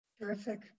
Terrific